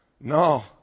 No